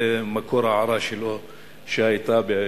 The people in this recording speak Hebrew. זה מקור ההערה שהיתה לו